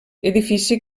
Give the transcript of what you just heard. edifici